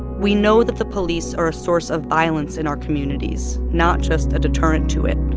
we know that the police are a source of violence in our communities, not just a deterrent to it.